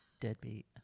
Deadbeat